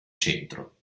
centro